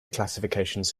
classifications